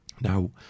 Now